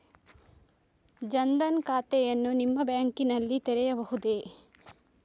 ಜನ ದನ್ ಖಾತೆಯನ್ನು ನಿಮ್ಮ ಬ್ಯಾಂಕ್ ನಲ್ಲಿ ತೆರೆಯಬಹುದೇ?